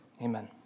amen